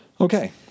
Okay